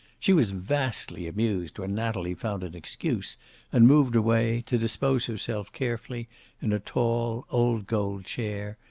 she was vastly amused when natalie found an excuse and moved away, to dispose herself carefully in a tall, old-gold chair,